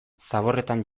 zaborretan